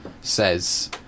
says